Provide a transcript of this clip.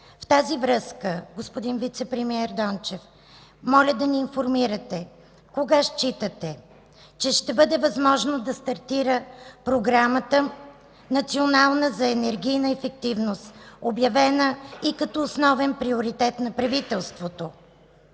В тази връзка, господин вицепремиер Дончев, моля да ни информирате: кога считате, че ще бъде възможно да стартира Националната програма за енергийна ефективност, обявена и като основен приоритет на правителството,